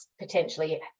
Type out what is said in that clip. potentially